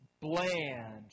bland